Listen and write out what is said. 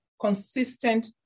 consistent